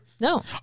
No